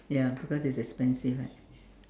ya because it's expensive right